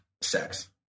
sex